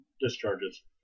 discharges